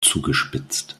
zugespitzt